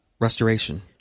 Restoration